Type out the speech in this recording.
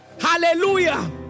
Hallelujah